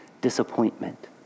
Disappointment